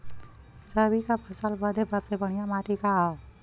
रबी क फसल बदे सबसे बढ़िया माटी का ह?